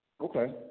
Okay